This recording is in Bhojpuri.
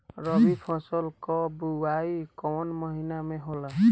रबी फसल क बुवाई कवना महीना में होला?